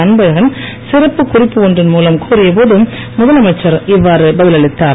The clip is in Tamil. அன்பழகன் சிறப்பு குறிப்பு ஒன்றின் மூலம் கோரிய போது முதலமைச்சர் இவ்வாறு பதில் அளித்தார்